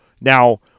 Now